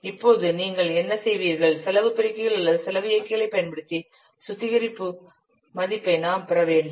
இப்போது நீங்கள் என்ன செய்வீர்கள் செலவு பெருக்கிகள் அல்லது செலவு இயக்கிகளைப் பயன்படுத்தி சுத்திகரிப்பு மதிப்பை நாம் பெற வேண்டும்